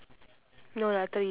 no lah three lah